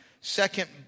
second